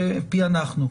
פענחנו.